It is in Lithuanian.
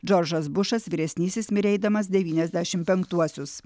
džordžas bušas vyresnysis mirė eidamas devyniasdešimt penktuosius